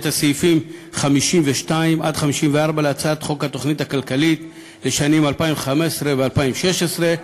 סעיפים 52 54 להצעת חוק התוכנית הכלכלית לשנים 2015 ו-2016,